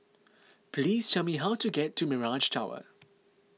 please tell me how to get to Mirage Tower